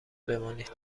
بمانید